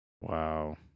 Wow